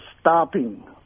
stopping